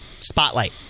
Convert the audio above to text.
spotlight